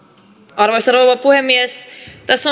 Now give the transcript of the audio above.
arvoisa rouva puhemies tässä